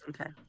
Okay